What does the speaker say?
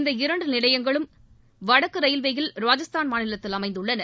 இந்த இரண்டு நிலையங்களும் வடக்கு ரயில்வேயில் ராஜஸ்தான் மாநிலத்தில் அமைந்துள்ளன